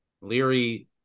Leary